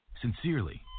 Sincerely